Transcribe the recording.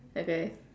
okay